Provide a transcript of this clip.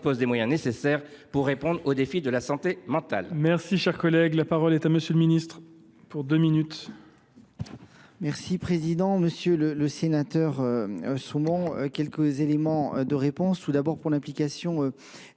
dispose des moyens nécessaires pour répondre aux défis de la santé mentale.